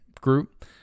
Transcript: group